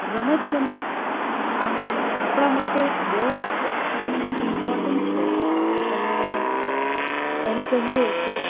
રમતગમત આપણા માટે બહુ જ ઇમ્પોર્ટન્ટ છે અને એમ કહીએ તો